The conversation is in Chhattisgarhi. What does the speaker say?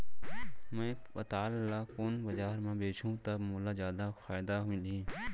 मैं पताल ल कोन बजार म बेचहुँ त मोला जादा फायदा मिलही?